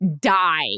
Die